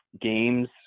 games